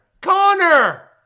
Connor